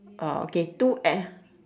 oh okay two uh